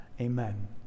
Amen